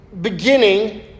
beginning